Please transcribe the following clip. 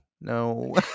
No